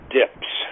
dips